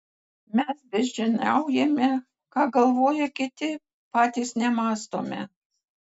mes beždžioniaujame ką galvoja kiti patys nemąstome